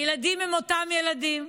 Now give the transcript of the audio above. הילדים הם אותם ילדים,